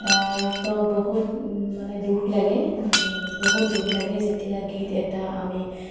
তো বহুত মানে দুখ লাগে বহুত দুখ লাগে যেতিয়া গীত এটা আমি